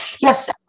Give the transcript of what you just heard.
Yes